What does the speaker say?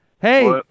Hey